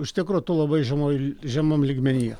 iš tikro tu labai žemoj žemam lygmenyje